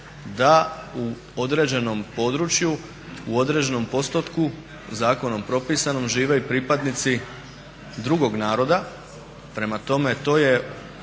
da u određenom području, u određenom postotku zakonom propisanom žive i pripadnici drugog naroda, prema tome to je